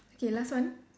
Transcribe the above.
okay last one